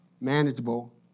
manageable